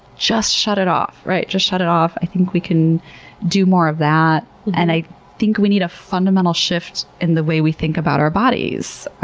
just shut it off. just shut it off. i think we can do more of that and i think we need a fundamental shift in the way we think about our bodies.